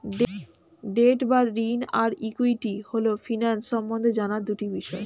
date বা ঋণ আর ইক্যুইটি হল ফিন্যান্স সম্বন্ধে জানার দুটি বিষয়